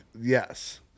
yes